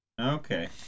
Okay